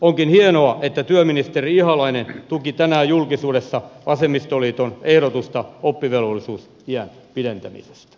onkin hienoa että työministeri ihalainen tuki tänään julkisuudessa vasemmistoliiton ehdotusta oppivelvollisuusiän pidentämisestä